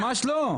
ממש לא,